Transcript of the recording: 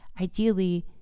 Ideally